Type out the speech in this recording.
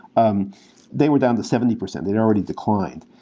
um they were down to seventy percent. they've already declined.